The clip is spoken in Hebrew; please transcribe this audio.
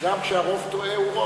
גם כשהרוב טועה הוא רוב.